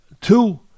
Two